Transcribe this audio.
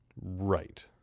Right